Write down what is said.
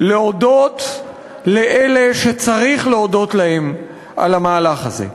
להודות לאלה שצריך להודות להם על המהלך הזה.